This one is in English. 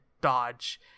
dodge